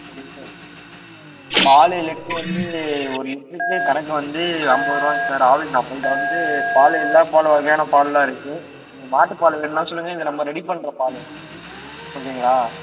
சரிங்க சார் பால் லிட்ரு வந்து ஒரு லிட்டருக்கு கணக்கு வந்து ஐம்பது ரூபாங்க சார் ஆவின் நம்மள்ட்ட வந்து பாலில் எல்லா பால் வகையான பால்லெலாம் இருக்குது நீங்கள் மாட்டுப் பால் வேண்ணா சொல்லுங்கள் இது நம்ம ரெடி பண்ணுற பால் ஓகேங்களா